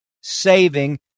saving